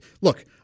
Look